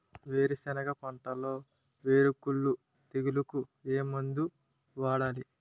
వేరుసెనగ పంటలో వేరుకుళ్ళు తెగులుకు ఏ మందు వాడాలి?